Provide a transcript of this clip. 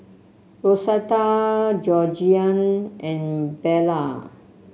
Rosetta Georgiann and Bella